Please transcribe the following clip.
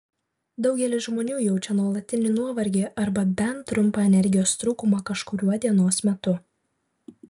daugelis žmonių jaučia nuolatinį nuovargį arba bent trumpą energijos trūkumą kažkuriuo dienos metu